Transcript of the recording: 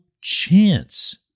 chance